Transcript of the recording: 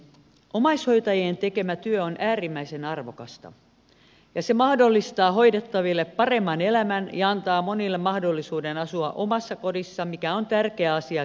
omaishoitajien tekemä työ on äärimmäisen arvokasta ja se mahdollistaa hoidettaville paremman elämän ja antaa monille mahdollisuuden asua omassa kodissa mikä on tärkeä asia kenelle tahansa